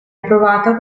approvata